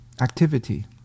activity